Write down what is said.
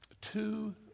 two